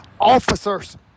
officers